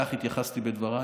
לכך התייחסתי בדבריי.